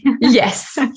Yes